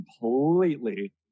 completely